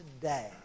today